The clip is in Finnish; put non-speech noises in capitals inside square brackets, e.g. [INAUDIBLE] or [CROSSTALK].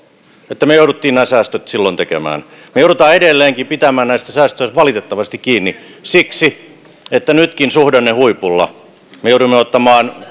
että me jouduimme nämä säästöt silloin tekemään me joudumme edelleenkin pitämään näistä säästöistä valitettavasti kiinni siksi että nytkin suhdannehuipulla me jouduimme ottamaan [UNINTELLIGIBLE]